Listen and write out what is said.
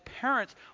parents